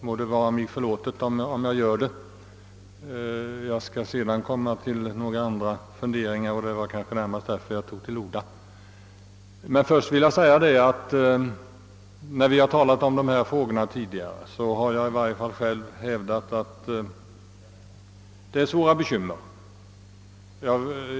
Jag skall därefter framföra några andra funderingar, som väl var den närmaste anledningen till att jag begärde ordet. När vi tidigare talat om dessa frågor har i varje fall jag själv hävdat att det gällt svåra problem.